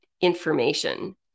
information